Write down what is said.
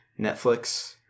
Netflix